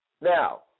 Now